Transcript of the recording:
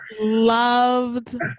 Loved